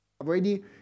already